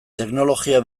teknologia